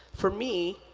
for me,